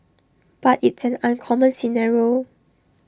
but it's an uncommon scenario